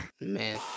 Man